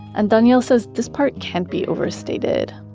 and daniel says this part can't be overstated,